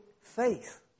faith